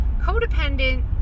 codependent